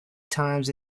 times